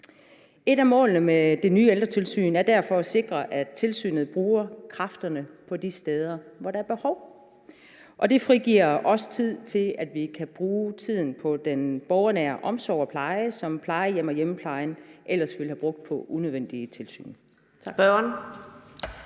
Et af målene med det nye ældretilsyn er derfor at sikre, at tilsynet bruger kræfterne på de steder, hvor der er behov for det, og det frigiver tid til, at vi kan bruge tiden på den borgernære omsorg og pleje, som plejehjem og hjemmeplejen ellers ville have brugt på unødvendige tilsyn.